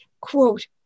quote